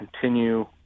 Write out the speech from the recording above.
continue